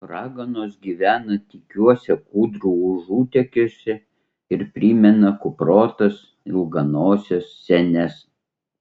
raganos gyvena tykiuose kūdrų užutėkiuose ir primena kuprotas ilganoses senes